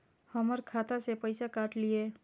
हमर खाता से पैसा काट लिए?